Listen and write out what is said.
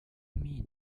mean